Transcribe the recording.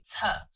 tough